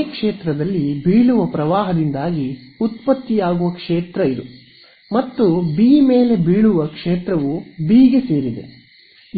A ಕ್ಷೇತ್ರದಲ್ಲಿ ಬೀಳುವ ಪ್ರವಾಹದಿಂದಾಗಿ ಉತ್ಪತ್ತಿಯಾಗುವ ಕ್ಷೇತ್ರ ಇದು ಮತ್ತು ಬಿ ಮೇಲೆ ಬೀಳುವ ಕ್ಷೇತ್ರವು ಬಿ ಗೆ ಸೇರಿದ